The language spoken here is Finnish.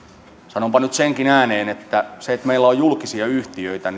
sanonpa nyt ääneen senkin että siitä että meillä on julkisia yhtiöitä